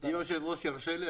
אם אדוני היושב ראש ירשה לי,